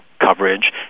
coverage